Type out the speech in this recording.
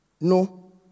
no